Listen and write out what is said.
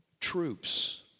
troops